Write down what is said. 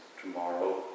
tomorrow